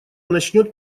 начнет